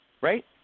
Right